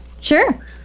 Sure